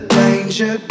danger